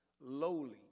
lowly